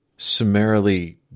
Summarily